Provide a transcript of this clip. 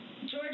George